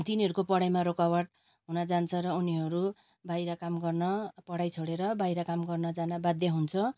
तिनीहरूको पढाइमा रोकावट हुन जान्छ र उनीहरू बाहिर काम गर्न पढाइ छोडेर बाहिर काम गर्न जान बाध्य हुन्छ